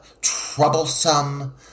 troublesome